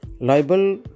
Liable